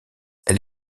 elle